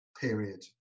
period